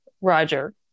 Roger